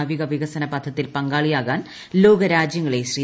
നാവിക വികസന പഥത്തിൽ പങ്കാളിയാവാൻ ലോകർാജ്യങ്ങളെ ശ്രീ